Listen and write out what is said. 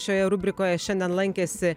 šioje rubrikoje šiandien lankėsi